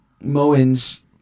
Moins